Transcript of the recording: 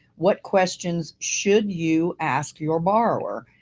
what questions should you ask your borrower?